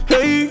Hey